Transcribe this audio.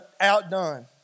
outdone